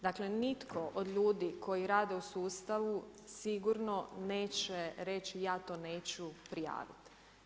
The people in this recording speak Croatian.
Dakle nitko od ljudi koji rade u sustavu sigurno neće reći ja to neću prijaviti.